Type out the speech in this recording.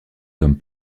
comme